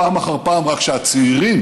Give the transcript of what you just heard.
אני מעריך את הדיון.